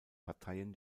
parteien